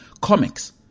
comics